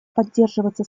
поддерживаться